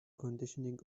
conditioning